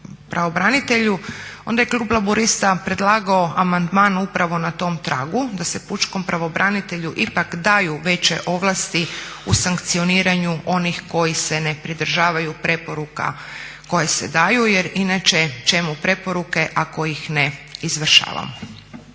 pravobraniteljicu onda je Klub Laburista predlagao amandman upravo na tom tragu da se pučkom pravobranitelju ipak daju veće ovlasti u sankcioniranju onih koji se ne pridržavaju preporuka koje se daju jer inače čemu preporuke ako ih ne izvršavamo.